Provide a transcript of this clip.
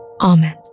Amen